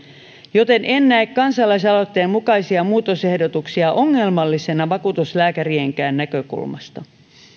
joten en näe kansalaisaloitteen mukaisia muutosehdotuksia ongelmallisina vakuutuslääkärienkään näkökulmasta